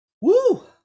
Woo